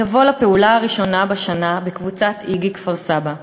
לבוא לפעולה הראשונה בשנה בקבוצת 'איגי' כפר-סבא.